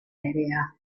aerea